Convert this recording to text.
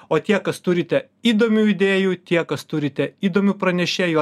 o tie kas turite įdomių idėjų tie kas turite įdomių pranešėjų